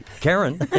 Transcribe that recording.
Karen